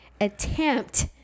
attempt